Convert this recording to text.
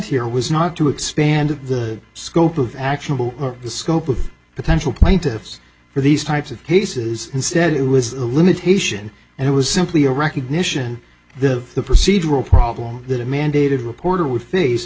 here was not to expand the scope of actionable or the scope of potential plaintiffs for these types of cases instead it was a limitation and it was simply a recognition the the procedural problem that it mandated reporter would face